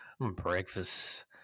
Breakfast